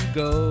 go